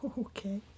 Okay